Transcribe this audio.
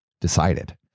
decided